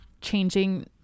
changing